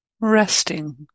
resting